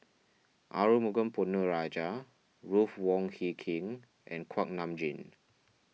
Arumugam Ponnu Rajah Ruth Wong Hie King and Kuak Nam Jin